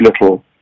little